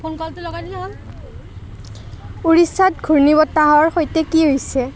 phone কলটো লগাই থ'লেই হ'ল উৰিষ্যাত ঘূৰ্ণীবতাহৰ সৈতে কি হৈছে